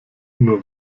nur